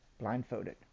blindfolded